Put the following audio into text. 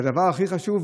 והדבר הכי חשוב,